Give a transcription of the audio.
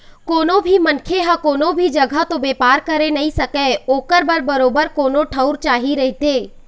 कोनो भी मनखे ह कोनो भी जघा तो बेपार करे नइ सकय ओखर बर बरोबर कोनो ठउर चाही रहिथे